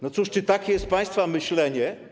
No cóż, czy takie jest państwa myślenie?